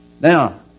Now